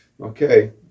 Okay